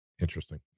Interesting